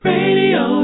Radio